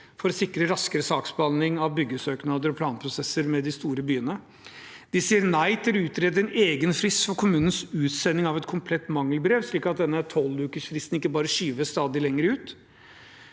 for å sikre raskere saksbehandling av byggesøknader og planprosesser med de store byene. De sier nei til å utrede en egen frist for kommunens utsending av et komplett mangelbrev, slik at denne tolvukersfristen ikke bare skyves stadig lenger ut.